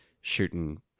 shooting